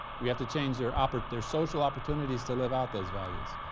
we have to change their ah but their social opportunities to live out those values,